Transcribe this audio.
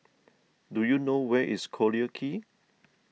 do you know where is Collyer Quay